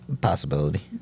Possibility